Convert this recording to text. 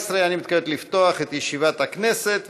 אני מתכבד לפתוח את ישיבת הכנסת.